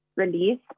Release